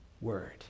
word